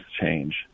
change